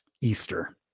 Easter